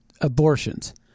abortions